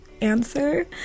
answer